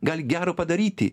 gali gero padaryti